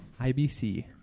IBC